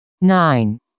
nine